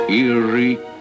eerie